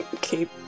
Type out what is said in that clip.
Keep